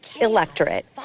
electorate